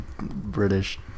British